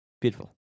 beautiful